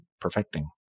perfecting